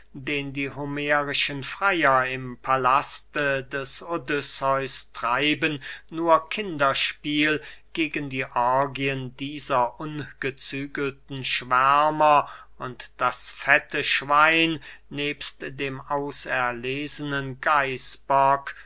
den die homerischen freyer im palaste des odysseus treiben nur kinderspiel gegen die orgien dieser ungezügelten schwärmer und das fette schwein nebst dem auserlesenen geißbock